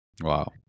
Wow